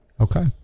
Okay